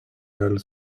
gali